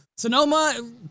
Sonoma